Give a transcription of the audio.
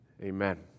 Amen